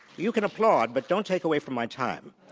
you can applaud, but don't take away from my time.